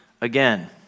again